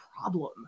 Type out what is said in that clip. problem